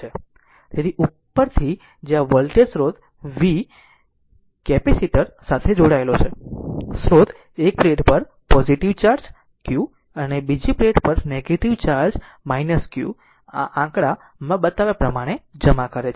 તેથી ઉપરથી જ્યાં વોલ્ટેજ સ્રોત V કેપેસિટર સાથે જોડાયેલ છે સ્ત્રોત એક પ્લેટ પર પોઝીટીવ ચાર્જ q અને બીજી પ્લેટ પર નેગેટીવ ચાર્જ q આ આંકડામાં બતાવ્યા પ્રમાણે જમા કરે છે